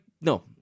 No